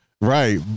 right